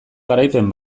garaipen